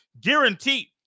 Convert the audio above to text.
guaranteed